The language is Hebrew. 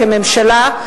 כממשלה,